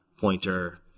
pointer